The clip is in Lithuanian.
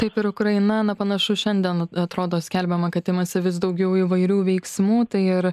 taip ir ukraina na panašu šiandien atrodo skelbiama kad imasi vis daugiau įvairių veiksmų tai ir